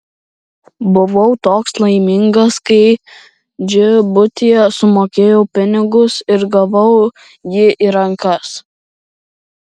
buvau toks laimingas kai džibutyje sumokėjau pinigus ir gavau jį į rankas